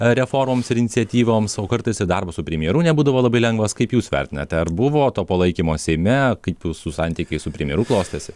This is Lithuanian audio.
reformoms ir iniciatyvoms o kartais ir darbas su premjeru nebūdavo labai lengvas kaip jūs vertinate ar buvo to palaikymo seime kaip jūsų santykiai su premjeru klostėsi